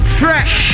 fresh